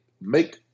make